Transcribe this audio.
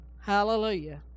Hallelujah